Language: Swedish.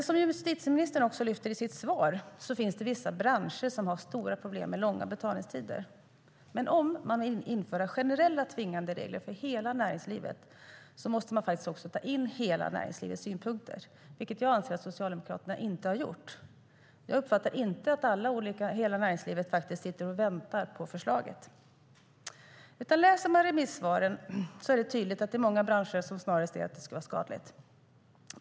Som justitieministern lyfter fram i sitt svar finns det vissa branscher som har stora problem med långa betalningstider. Men om man vill införa generella tvingande regler för hela näringslivet måste man faktiskt ta in hela näringslivets synpunkter, vilket jag anser att Socialdemokraterna inte har gjort. Jag uppfattar inte att alla i näringslivet sitter och väntar på förslaget. Läser man remissvaren är det tydligt att det är många branscher som snarare anser att det skulle vara skadligt.